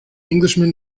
englishman